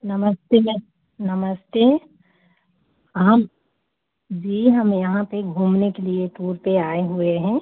नमस्ते मैम नमस्ते हम जी हम यहाँ पर घूमने के लिए टूर पर आए हुए हैं